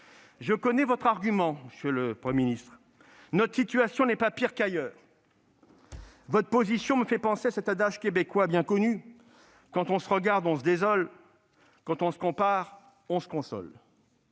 Je connais votre argument, monsieur le Premier ministre : notre situation n'est pas pire qu'ailleurs. Non, elle est meilleure ! Votre position me fait penser à cet adage québécois bien connu :« Quand on se regarde, on se désole ; quand on se compare, on se console. »